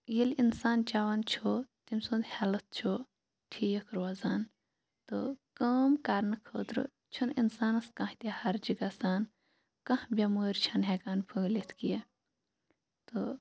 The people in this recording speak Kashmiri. ییٚلہِ اِنسان چٮ۪وان چھُ تٔمۍ سُنٛد ہیٚلٕتھ چھُ ٹھیٖک روزان تہٕ کٲم کَرنہٕ خٲطرٕ چھنہٕ اِنسانَس کانٛہہ تہِ ہَرجہِ گَژھان کانٛہہ بیٚمٲرۍ چھَنہٕ ہیٚکان پھٔہلِتھ کینٛہہ تہٕ